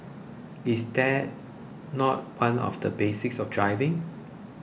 is that not one of the basics of driving